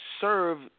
serve